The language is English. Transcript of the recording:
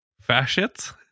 fascists